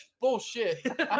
Bullshit